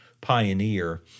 pioneer